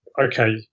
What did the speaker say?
okay